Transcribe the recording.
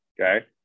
okay